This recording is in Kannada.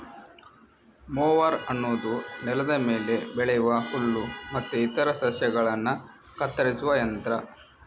ಮೋವರ್ ಅನ್ನುದು ನೆಲದ ಮೇಲೆ ಬೆಳೆಯುವ ಹುಲ್ಲು ಮತ್ತೆ ಇತರ ಸಸ್ಯಗಳನ್ನ ಕತ್ತರಿಸುವ ಯಂತ್ರ